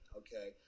okay